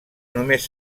només